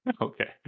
Okay